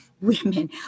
women